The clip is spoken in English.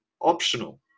optional